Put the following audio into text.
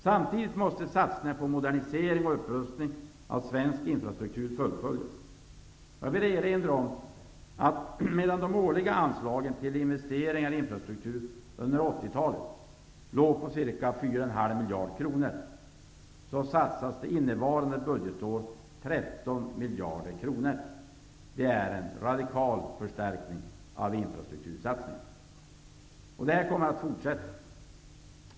Samtidigt måste satsningarna på modernisering och upprustning av svensk infrastruktur fullföljas. Medan de årliga anslagen till investeringar i infrastruktur under 80-talet var ca 4,5 miljarder kronor satsas det innevarande budgetår 13 miljarder kronor. Det är en radikal förstärkning av infrastruktursatsningarna. Detta kommer att fortsätta.